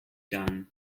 done